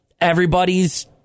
everybody's